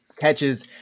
catches